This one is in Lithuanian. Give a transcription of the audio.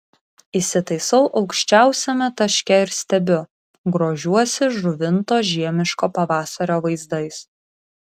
įsitaisau aukščiausiame taške ir stebiu grožiuosi žuvinto žiemiško pavasario vaizdais